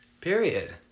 Period